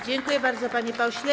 Dziękuję bardzo, panie pośle.